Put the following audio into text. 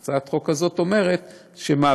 הצעת החוק הזאת אומרת שאת כל